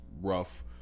rough